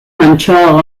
mantsoago